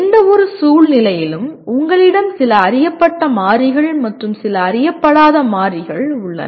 எந்தவொரு சூழ்நிலையிலும் உங்களிடம் சில அறியப்பட்ட மாறிகள் மற்றும் சில அறியப்படாத மாறிகள் உள்ளன